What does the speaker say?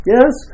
Yes